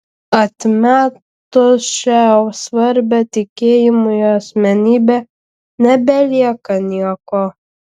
atmetus šią svarbią tikėjimui asmenybę nebelieka nieko